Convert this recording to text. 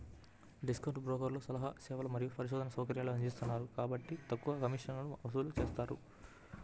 discount బ్రోకర్లు సలహా సేవలు మరియు పరిశోధనా సౌకర్యాలను అందించరు కాబట్టి తక్కువ కమిషన్లను వసూలు చేస్తారు